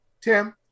Tim